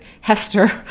Hester